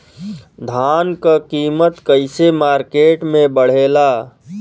धान क कीमत कईसे मार्केट में बड़ेला?